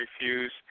refuse